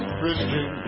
Christian